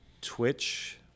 Twitch